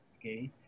okay